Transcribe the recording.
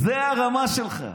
זו הרמה שלך,